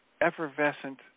effervescent